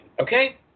Okay